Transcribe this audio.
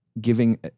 giving